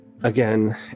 Again